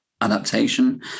adaptation